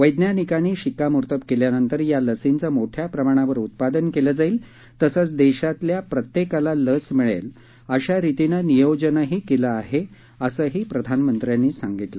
वद्यिनिकांनी शिक्कामोर्तब केल्यानंतर या लसींचं मोठ्या प्रमाणावर उत्पादन केलं जाईल तसंच देशातल्या प्रत्येकाला लस मीळेल अशा रितीनं नियोजनही केलं आहे असंही प्रधानमंत्र्यांनी सांगितलं